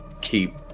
keep